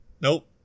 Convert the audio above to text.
Nope